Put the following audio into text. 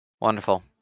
Wonderful